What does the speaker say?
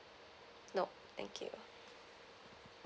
nope thank you